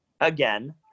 again